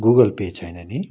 Google Pay छैन नि